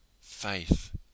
faith